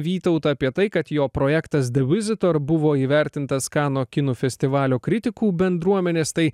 vytautą apie tai kad jo projektas the visitor buvo įvertintas kanų kino festivalio kritikų bendruomenės tai